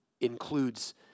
includes